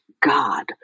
God